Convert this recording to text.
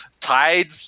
tides